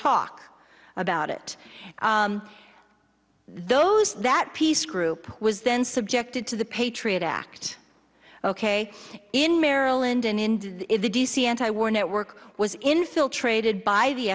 talk about it those that peace group was then subjected to the patriot act ok in maryland and in the d c anti war network was infiltrated by the